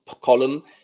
column